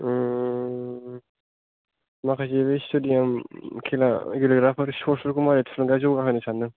माखासे बे स्टेडियाम खेला गेलेग्राफोर स्पर्टस फोरखौ माबोरै थुलुंगा जौगाहोनो सानदों